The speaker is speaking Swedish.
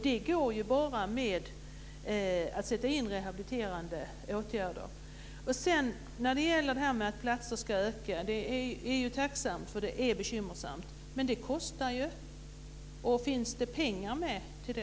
Det går bara om man sätter in rehabiliterande åtgärder. Det är tacksamt om antalet platser ökar, för det är bekymmersamt. Men det kostar ju. Finns det pengar till det?